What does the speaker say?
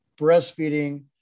breastfeeding